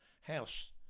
house